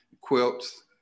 quilts